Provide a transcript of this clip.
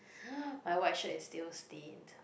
!huh! my white shirt is still stained